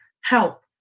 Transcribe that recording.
help